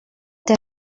that